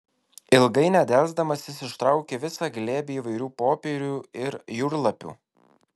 ilgai nedelsdamas jis ištraukė visą glėbį įvairių popierių ir jūrlapių